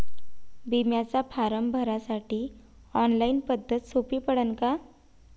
बिम्याचा फारम भरासाठी ऑनलाईन पद्धत सोपी पडन का?